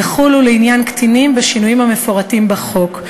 יחולו לעניין קטינים בשינויים המפורטים בחוק.